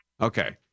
Okay